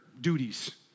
duties